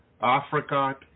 africa